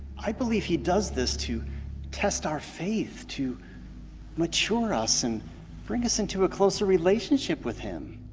i believe he does this to test our faith, to mature us and bring us into a closer relationship with him.